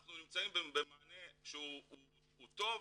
אנחנו נמצאים במענה שהוא טוב,